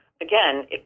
again